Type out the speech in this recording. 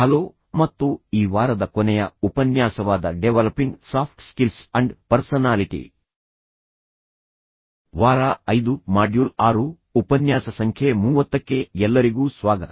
hello ಮತ್ತು ಈ ವಾರದ ಕೊನೆಯ ಉಪನ್ಯಾಸವಾದ developing soft skills and personality ವಾರ ಐದು ಮಾಡ್ಯೂಲ್ ಆರು ಉಪನ್ಯಾಸ ಸಂಖ್ಯೆ ಮೂವತ್ತಕ್ಕೆ ಎಲ್ಲರಿಗೂ ಸ್ವಾಗತ